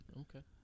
Okay